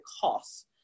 costs